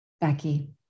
Becky